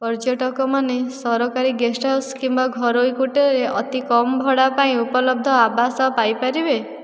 ପର୍ଯ୍ୟଟକମାନେ ସରକାରୀ guest house କିମ୍ବା ଘରୋଇ କୁଟୀରରେ ଅତି କମ୍ ଭଡ଼ା ପାଇଁ ଉପଲବ୍ଧ ଆବାସ ପାଇପାରିବେ